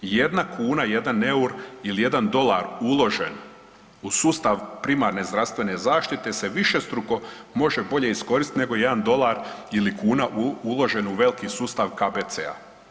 Jedna kuna, jedan EUR-o ili 1 dolar uložen u sustav primarne zdravstvene zaštite se višestruko može bolje iskoristiti nego jedan dolar ili kuna uložen u veliki sustav KBC-a.